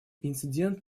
инцидент